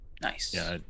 Nice